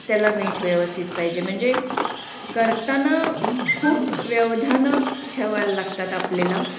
त्याला मीठ व्यवस्थित पाहिजे म्हणजे करताना खूप व्यवधानं ठेवायला लागतात आपल्याला